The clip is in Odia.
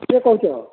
କିଏ କହୁଛ